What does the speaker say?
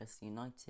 United